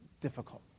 difficult